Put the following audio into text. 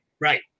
right